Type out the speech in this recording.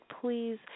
Please